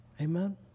Amen